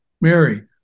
Mary